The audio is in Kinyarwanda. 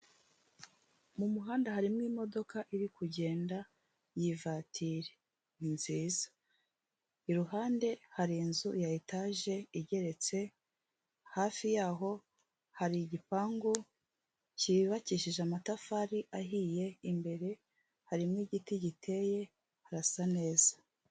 Mu muhanda harimo imodoka iri kugenda y'ivatiri nziza iruhande hari inzu ya etaje igeretse, hafi yaho hari igipangu cy'ubakishije amatafari ahiye imbere harimo igiti giteye harasa neza.